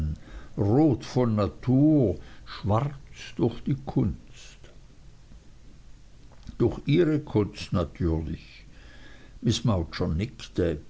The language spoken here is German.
von natur schwarz durch die kunst durch ihre kunst natürlich miß mowcher nickte